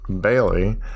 bailey